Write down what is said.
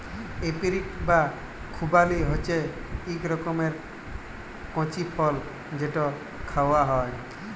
apricot বা খুবালি হছে ইক রকমের কঁচি ফল যেট খাউয়া হ্যয়